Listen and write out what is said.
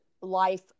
life